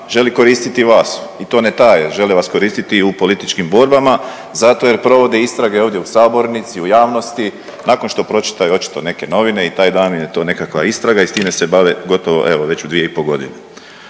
želi koristiti vas i to ne taje, žele vas koristiti i u političkim borbama zato jer provode istrage ovdje u sabornici, u javnosti, nakon što pročitaju očito neke novine i taj dan je tu nekakva istraga i s time se bave gotovo evo već 2,5.g.. Dobro je